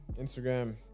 Instagram